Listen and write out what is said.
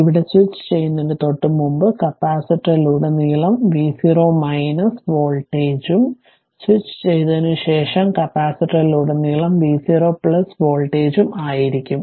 ഇവിടെ സ്വിച്ചുചെയ്യുന്നതിന് തൊട്ടുമുമ്പ് കപ്പാസിറ്ററിലുടനീളം v0 വോൾട്ടേജും സ്വിച്ച് ചെയ്തതിനുശേഷം കപ്പാസിറ്ററിലുടനീളം v0 വോൾട്ടേജും ആയിരിക്കും